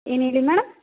ಏನು ಹೇಳಿ ಮೇಡಮ್